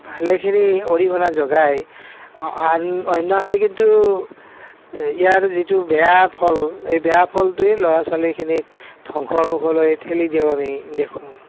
ভালেখিনি অৰিহণা যোগাই অন্যহাতে কিন্তু ইয়াৰ যিটো বেয়া ফল এই বেয়া ফলটোৱে ল'ৰা ছোৱালীখিনিক ধ্বংসৰ মুখলৈ ঠেলি দিওঁ আমি দেখোঁ